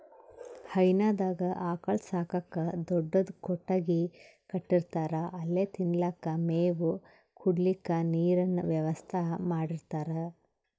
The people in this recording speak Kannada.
ಹೈನಾದಾಗ್ ಆಕಳ್ ಸಾಕಕ್ಕ್ ದೊಡ್ಡದ್ ಕೊಟ್ಟಗಿ ಕಟ್ಟಿರ್ತಾರ್ ಅಲ್ಲೆ ತಿನಲಕ್ಕ್ ಮೇವ್, ಕುಡ್ಲಿಕ್ಕ್ ನೀರಿನ್ ವ್ಯವಸ್ಥಾ ಮಾಡಿರ್ತಾರ್